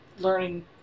learning